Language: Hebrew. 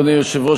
אדוני היושב-ראש,